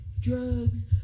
drugs